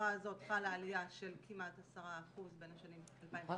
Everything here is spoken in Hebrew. כשבעבירה הזאת חלה עלייה של כמעט 10% בין השנים -- את